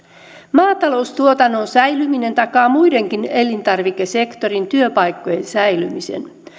maataloustuotannon säilyminen takaa muidenkin elintarvikesektorin työpaikkojen säilymisen